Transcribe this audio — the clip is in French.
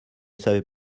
savait